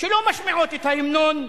שלא משמיעות את ההמנון,